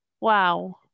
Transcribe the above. wow